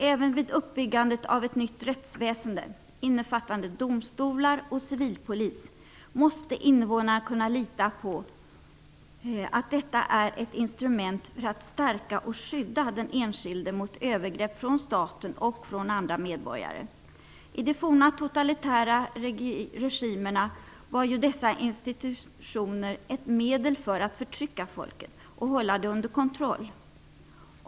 Även vid uppbyggandet av ett nytt rättsväsende, innefattande domstolar och civilpolis, måste invånarna kunna lita på att detta är ett instrument för att stärka och skydda den enskilde mot övergrepp från staten och från andra medborgare. I de tidigare totalitära regimerna var ju dessa institutioner ett medel för att förtrycka folket och hålla det under kontroll.